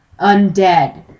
Undead